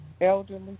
elderly